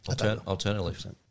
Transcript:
Alternatively